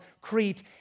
Crete